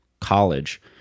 college